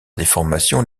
déformation